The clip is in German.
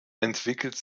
entwickelte